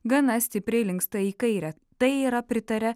gana stipriai linksta į kairę tai yra pritaria